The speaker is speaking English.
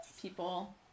people